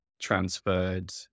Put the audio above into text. transferred